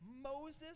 Moses